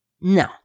No